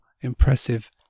impressive